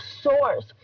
source